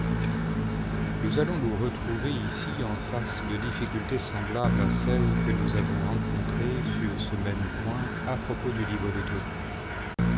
nous allons nous retrouver ici en face de difficultés semblables à celles que nous avons rencontrées sur ce même point à propos du livre de tobie